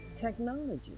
technology